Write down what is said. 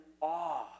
awe